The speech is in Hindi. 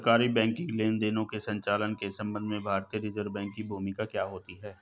सरकारी बैंकिंग लेनदेनों के संचालन के संबंध में भारतीय रिज़र्व बैंक की भूमिका क्या होती है?